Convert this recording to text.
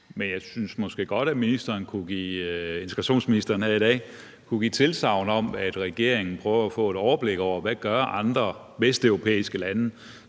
Men jeg synes måske godt, at integrationsministeren her i dag kunne give et tilsagn om, at regeringen prøver at få et overblik over, hvad andre vesteuropæiske lande